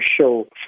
show